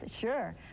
Sure